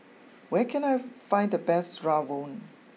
where can I find the best Rawon